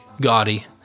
gaudy